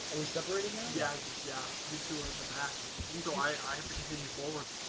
are we separated yes? yeah you two are in the back, so i i have to continue forward